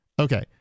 Okay